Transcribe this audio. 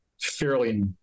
fairly